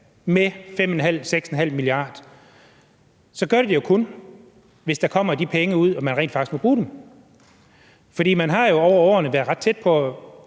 kr. – 6,5 mia. kr. – så gør det det jo kun, hvis de penge kommer ud og man rent faktisk må bruge dem. For man har over årene været ret tæt på